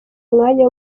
umwanya